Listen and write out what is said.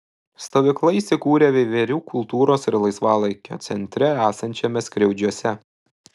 stovykla įsikūrė veiverių kultūros ir laisvalaikio centre esančiame skriaudžiuose